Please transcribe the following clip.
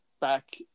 back